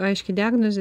aiški diagnozė